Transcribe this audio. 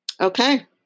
Okay